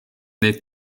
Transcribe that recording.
neid